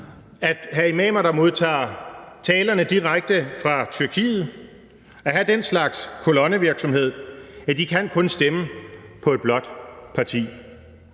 at have imamer, der modtager talerne direkte fra Tyrkiet, og at have den slags kolonnevirksomhed, kun kan stemme på et blåt parti.